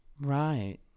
Right